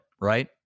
right